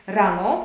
rano